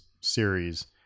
series